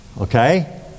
okay